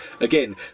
again